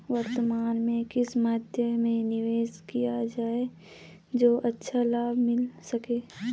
वर्तमान में किस मध्य में निवेश किया जाए जो अच्छा लाभ मिल सके?